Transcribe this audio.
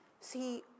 See